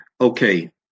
Okay